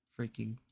freaking